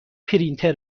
پرینتر